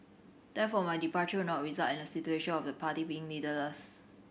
therefore my departure will not result in a situation of the party being leaderless